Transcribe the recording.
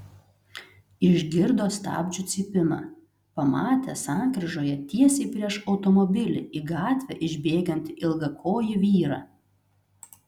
išgirdo stabdžių cypimą pamatė sankryžoje tiesiai prieš automobilį į gatvę išbėgantį ilgakojį vyrą